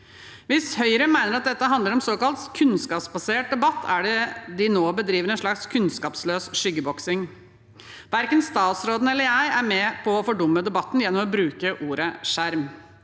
Hvis Høyre mener at dette handler om såkalt kunnskapsbasert debatt, er det de nå bedriver, en slags kunnskapsløs skyggeboksing. Verken statsråden eller jeg er med på å fordumme debatten gjennom å bruke ordet «skjerm».